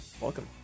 Welcome